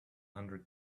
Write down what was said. hundred